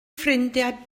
ffrindiau